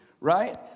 right